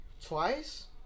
twice